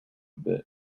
bit